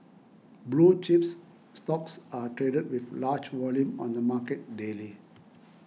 blue chips stocks are traded with large volume on the market daily